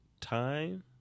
time